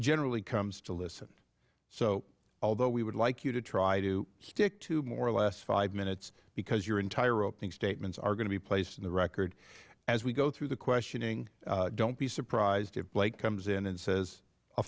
generally comes to listen so although we would like you to try to stick to more or less five minutes because your entire opening statements are going to be placed in the record as we go through the questioning don't be surprised if blake comes in and says a